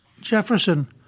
Jefferson